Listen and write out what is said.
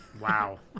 Wow